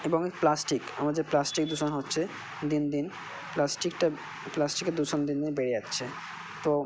এবং এই প্লাস্টিক আমাদের যে প্লাস্টিক দূষণ হচ্ছে দিন দিন প্লাস্টিকটা প্লাস্টিকের দূষণ দিন দিন বেড়ে যাচ্ছে তো